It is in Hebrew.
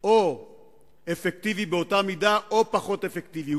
או אפקטיבי באותה מידה או פחות אפקטיבי.